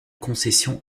concession